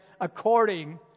according